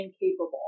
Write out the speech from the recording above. incapable